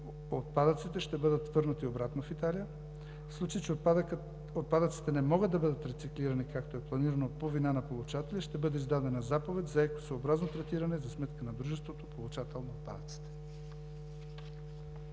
отпадъците ще бъдат върнати обратно в Италия; в случай, че отпадъците не могат да бъдат рециклирани, както е планирано, по вина на получателя, ще бъде издадена заповед за екосъобразно третиране за сметка на дружеството – получател на отпадъците.